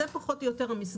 זו פחות או יותר המסגרת,